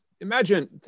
imagine